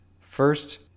First